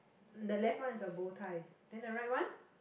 the left one is a bow tie then the right one